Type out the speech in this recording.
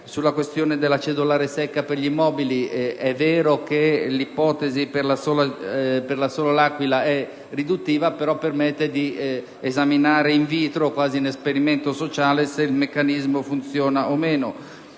Sulla questione della cedolare secca per gli immobili, è vero che l'ipotesi per la sola città dell'Aquila è riduttiva, ma permette di esaminare *in vitro* - quasi fosse un esperimento sociale - se il meccanismo funziona o no.